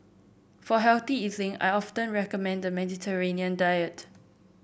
for healthy eating I often recommend the Mediterranean diet